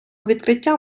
відкриття